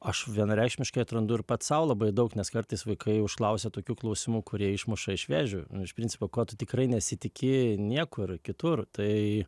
aš vienareikšmiškai atrandu ir pats sau labai daug nes kartais vaikai užklausia tokių klausimų kurie išmuša išv vėžių iš principo ko tu tikrai nesitikėjai niekur kitur tai